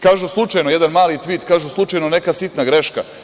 Kažu slučajno, jedan mali tvit, kažu – slučajno, neka sitna greška.